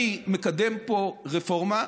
אני מקדם פה רפורמה,